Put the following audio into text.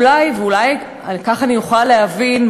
אולי ככה אני אוכל להבין,